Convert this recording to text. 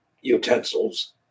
utensils